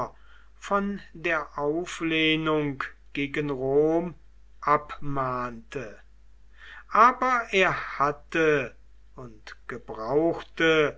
von der auflehnung gegen rom abmahnte aber er hatte und gebrauchte